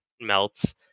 melts